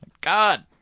God